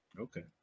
Okay